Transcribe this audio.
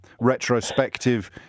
retrospective